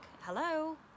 hello